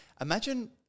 imagine